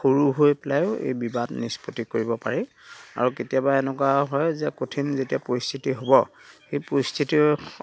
সৰু হৈ পেলাইয়ো এই বিবাদ নিস্পত্তি কৰিব পাৰি আৰু কেতিয়াবা এনেকুৱা হয় যে কঠিন যেতিয়া পৰিস্থিতি হ'ব সেই পৰিস্থিতিৰ